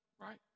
right